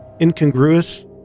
incongruous